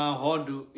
hodu